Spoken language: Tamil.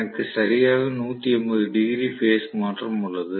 எனக்கு சரியாக 180 டிகிரி பேஸ் மாற்றம் உள்ளது